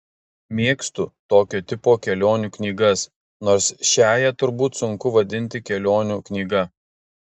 mėgstu tokio tipo kelionių knygas nors šiąją turbūt sunku vadinti kelionių knyga